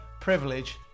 privilege